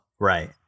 Right